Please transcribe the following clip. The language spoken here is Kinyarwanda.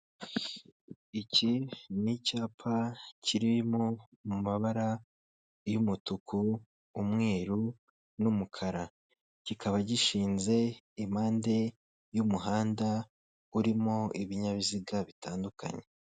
Iki ni icyapa kirimo mu mabara y'umutuku, umweru n'umukara kikaba gishinze impande y'umuhanda urimo ibinyabiziga bitandukanye.